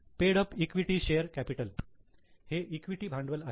paid up equity share capital हे equity भांडवल आहे